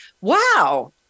wow